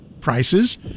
prices